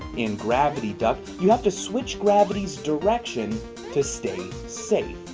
in gravity duck you have to switch gravity's direction to stay safe.